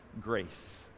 grace